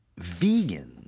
vegans